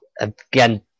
again